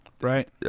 right